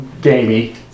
gamey